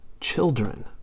children